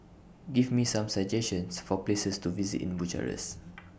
Give Me Some suggestions For Places to visit in Bucharest